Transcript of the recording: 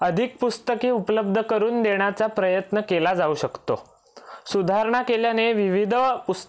अधिक पुस्तके उपलब्ध करून देण्याचा प्रयत्न केला जाऊ शकतो सुधारणा केल्याने विविध पूस